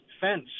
fence